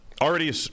Already